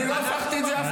אני לא הפכתי את זה אף פעם.